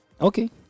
Okay